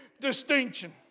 distinction